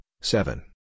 seven